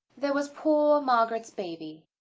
there was poor margaret's baby.